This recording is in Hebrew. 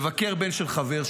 לבקר בן של חבר.